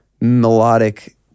melodic